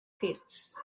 pits